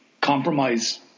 compromise